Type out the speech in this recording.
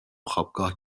خوابگاه